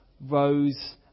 rose